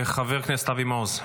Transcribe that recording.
חבר הכנסת אבי מעוז,